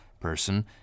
person